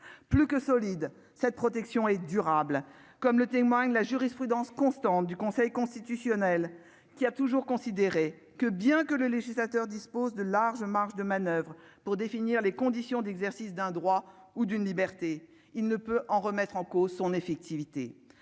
plus que solide, cette protection est durable, comme le témoigne la jurisprudence constante du Conseil constitutionnel qui a toujours considéré que bien que le législateur dispose de larges marges de manoeuvre pour définir les conditions d'exercice d'un droit ou d'une liberté, il ne peut en remettre en cause son effectivité,